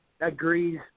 agrees